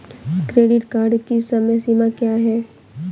Credit card की समय सीमा क्या है?